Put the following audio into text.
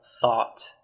thought